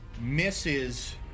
Misses